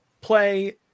play